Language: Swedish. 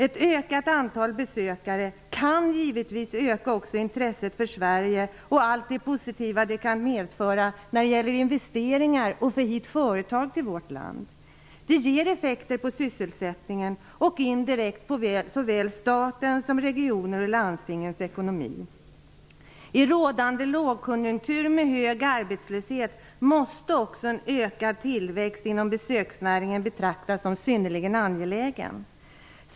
Ett utökat antal besökare kan givetvis förbättra intresset för Sverige, med allt det positiva som det kan medföra i form av investeringar och när det gäller att få företag till vårt land. Det ger effekter på sysselsättningen och indirekt på såväl statens som landstingens och regionernas ekonomi. I rådande lågkonjunktur med hög arbetslöshet måste en ökad tillväxt inom besöksnäringen betraktas som synnerligen angelägen.